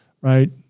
right